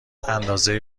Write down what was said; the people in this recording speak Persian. اندازه